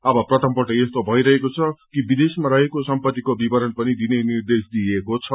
अब प्रथमपल्ट यस्तो भइरहेको छ कि विदेशमा रहेको सम्पत्तिको विवरण पनि दिने निर्देश दिइएको छ